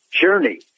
journey